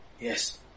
Yes